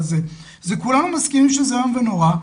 כולנו מסכימים שזה איום ונורא,